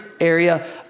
area